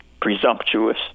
presumptuous